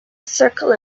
circle